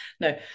no